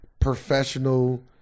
professional